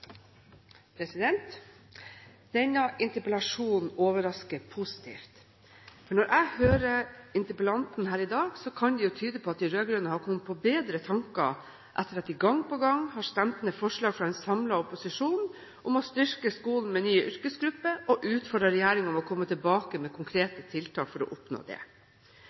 nivå. Denne interpellasjonen overrasker positivt når jeg hører på interpellanten her i dag. Det kan tyde på at de rød-grønne har kommet på bedre tanker, etter at de gang på gang har stemt ned forslag fra en samlet opposisjon om å styrke skolen med nye yrkesgrupper, og der regjeringen er utfordret til å komme tilbake med konkrete tiltak for å oppnå